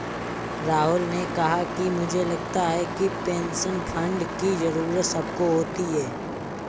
राहुल ने कहा कि मुझे लगता है कि पेंशन फण्ड की जरूरत सबको होती है